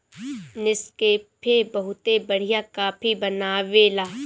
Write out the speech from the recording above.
Nescafe बहुते बढ़िया coffee बनावेला